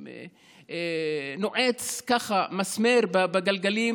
נועץ, ככה, מסמר בגלגלים